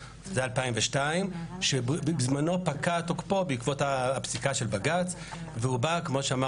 ב-2002 שבזמנו פקע תוקפו בעקבות פסיקת בג"ץ והוא בא כמו שאמר